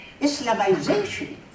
Islamization